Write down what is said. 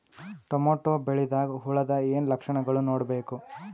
Tomato ಬೆಳಿದಾಗ್ ಹುಳದ ಏನ್ ಲಕ್ಷಣಗಳು ನೋಡ್ಬೇಕು?